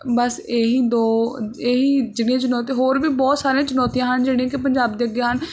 ਬਸ ਇਹੀ ਦੋ ਇਹੀ ਜਿਹੜੀਆਂ ਚਣੋਤੀ ਹੋਰ ਵੀ ਬਹੁਤ ਸਾਰੀਆਂ ਚੁਣੌਤੀਆਂ ਹਨ ਜਿਹੜੀਆਂ ਕਿ ਪੰਜਾਬ ਦੇ ਅੱਗੇ ਹਨ